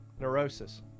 neurosis